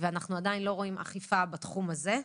ואנחנו עדיין לא רואים אכיפה בתחום הזה.